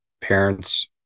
parents